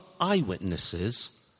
eyewitnesses